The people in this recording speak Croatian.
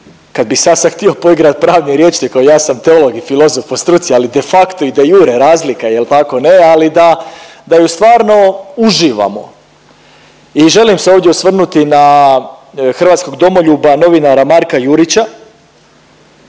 kad bih ja sad se htio poigrati pravnim rječnikom, ja sam teolog i filozof po struci ali de facto i de jure je razlika jel tako ne ali da, da ju stvarno uživamo. I želim se ovdje osvrnuti na hrvatskog domoljuba novinara Marka Jurića